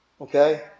Okay